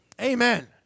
Amen